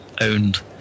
owned